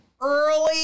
early